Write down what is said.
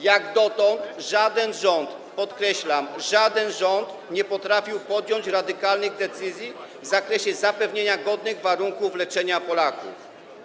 Jak dotąd żaden rząd, podkreślam, żaden rząd nie potrafił podjąć radykalnych decyzji w zakresie zapewnienia godnych warunków leczenia Polaków.